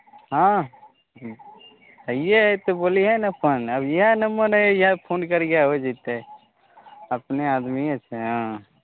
हँ हँ हइए हइ तऽ बोलिहऽ ने फौन अभिए नम्बर है इएह फोन करिहऽ होइ जएतै अपने आदमिए छै हँ